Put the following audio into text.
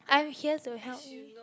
I'm here to help you